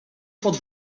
pod